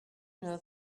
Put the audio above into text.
know